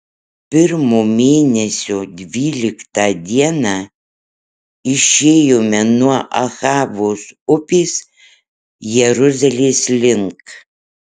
pirmo mėnesio dvyliktą dieną išėjome nuo ahavos upės jeruzalės link